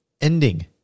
ending